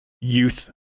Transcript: youth